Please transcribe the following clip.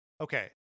Okay